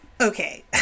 okay